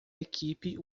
equipe